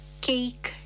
cake